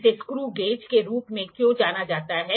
इसे screw gauge के रूप में क्यों जाना जाता है